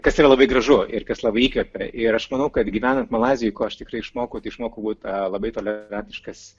kas yra labai gražu ir kas labai įkvepia ir aš manau kad gyvenant malaizijoj ko aš tikrai išmokau tai išmokau būt labai tolerantiškas